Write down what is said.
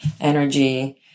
energy